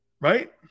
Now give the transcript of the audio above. Right